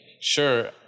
sure